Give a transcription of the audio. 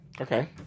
Okay